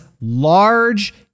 large